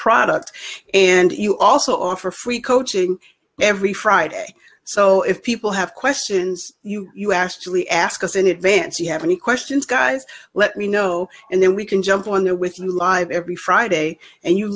product and you also offer free coaching every friday so if people have questions you you ask julie ask us in advance you have any questions guys let me know and then we can jump on there with you live every friday and you